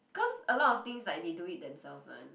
cause a lot of things like they do it themselves [one]